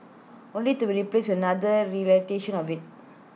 only to be replaced another iteration of IT